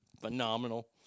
phenomenal